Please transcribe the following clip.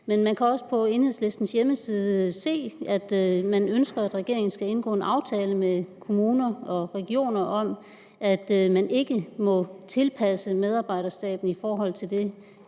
Man kan også på Enhedslistens hjemmeside se, at Enhedslisten ønsker, at regeringen skal indgå en aftale med kommuner og regioner om, at de ikke må tilpasse medarbejderstaben til den